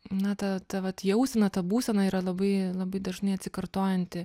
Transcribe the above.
na ta ta vat jausena ta būsena yra labai labai dažnai atsikartojanti